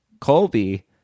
Colby